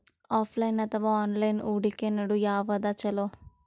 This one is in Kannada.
ಆಫಲೈನ ಅಥವಾ ಆನ್ಲೈನ್ ಹೂಡಿಕೆ ನಡು ಯವಾದ ಛೊಲೊ?